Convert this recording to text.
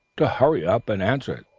to hurry up and answer it,